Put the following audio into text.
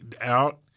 out